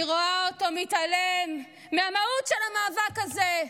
אני רואה אותו מתעלם מהמהות של המאבק הזה,